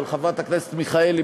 של חברת הכנסת מיכאלי,